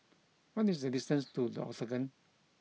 what is the distance to The Octagon